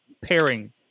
pairing